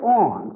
on